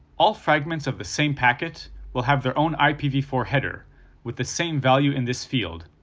all fragments of the same packet will have their own i p v four header with the same value in this field,